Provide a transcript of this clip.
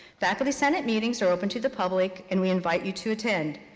faculty senate meetings are open to the public and we invite you to attend.